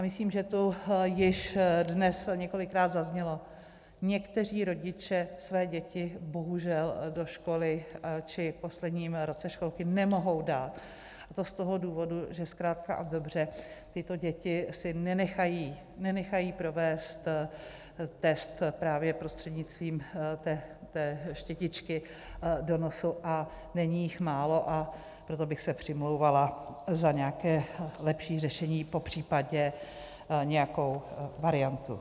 Myslím, že tu již dnes několikrát zaznělo, někteří rodiče své děti bohužel do školy či v posledním roce školky nemohou dát, a to z toho důvodu, že zkrátka a dobře tyto děti si nenechají nenechají provést test prostřednictvím té štětičky do nosu, a není jich málo, a proto bych se přimlouvala za nějaké lepší řešení, popřípadě nějakou variantu.